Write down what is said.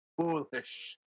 Foolish